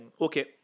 okay